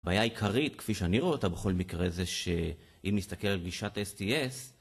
הבעיה עיקרית, כפי שאני רואה אותה, בכל מקרה, זה שאם נסתכל על גישת STS